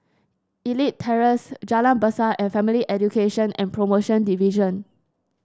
Elite Terrace Jalan Besar and Family Education and Promotion Division